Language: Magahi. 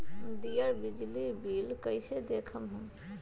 दियल बिजली बिल कइसे देखम हम?